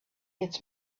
its